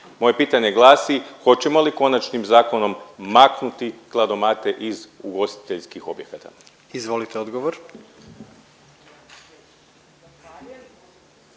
Moje pitanje glasi, hoćemo li konačnim zakonom maknuti kladomate iz ugostiteljskih objekata. **Jandroković,